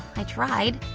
i tried.